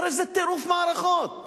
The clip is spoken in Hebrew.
הרי זה טירוף מערכות.